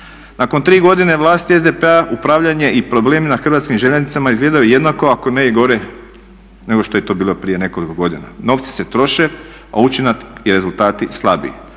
Nakon tri godine vlasti SDP-a upravljanje i problem na Hrvatskim željeznicama izgleda jednako ako ne i gore nego što je to bilo prije nekoliko godina. Novci se troše a učinak i rezultati slabiji.